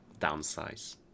downsize